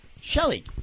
Shelley